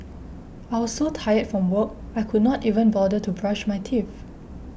I was so tired from work I could not even bother to brush my teeth